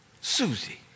Susie